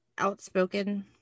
Outspoken